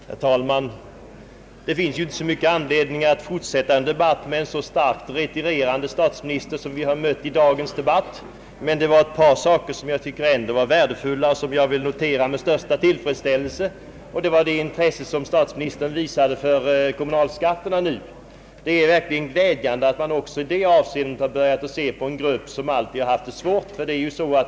Herr talman! Det finns ju inte så stor anledning att fortsätta en debatt med en så starkt retirerande statsminister som vi mött i dag. Men det är ett par saker som jag tycker är värdefulla och som jag noterar med största tillfredsställelse. Det är det intresse statsministern nu visar för kommunalskatterna. Det är glädjande att man också i detta avseende har börjat se till en grupp som alltid haft det svårt.